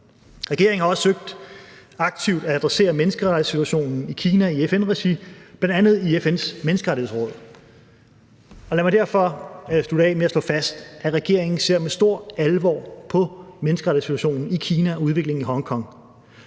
Regeringen har også søgt aktivt at adressere menneskerettighedssituationen i af Kina i FN-regi, bl.a. i FN's Menneskerettighedsråd. Kl. 18:47 Lad mig derfor slutte af med at slå fast, at regeringen ser med stor alvor på menneskerettighedssituationen i Kina og udviklingen i Hongkong.